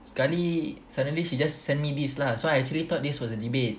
sekali suddenly she just sent me this lah so I actually thought this was a debate